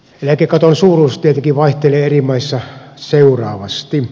eläkekaton suuruus tietenkin vaihtelee eri maissa seuraavasti